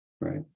Right